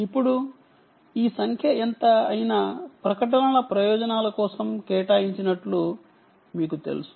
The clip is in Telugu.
ఇప్పుడు ఈ సంఖ్య ఎంత అయినా ప్రకటనల ప్రయోజనాల కోసం కేటాయించినట్లు మీకు తెలుసు